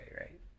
right